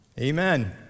Amen